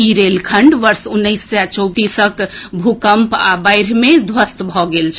ई रेलखण्ड वर्ष उन्नैस सय चौंतीसक भूकम्प आ बाढ़ि मे ध्वस्त भऽ गेल छल